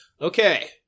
okay